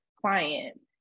clients